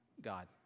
God